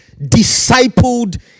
discipled